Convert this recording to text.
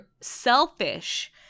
selfish